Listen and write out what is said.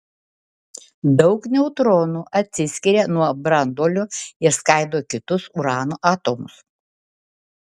daug neutronų atsiskiria nuo branduolio ir skaido kitus urano atomus